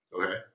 okay